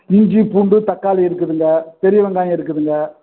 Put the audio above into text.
இஞ்சி பூண்டு தக்காளி இருக்குதுங்க பெரிய வெங்காயம் இருக்குதுங்க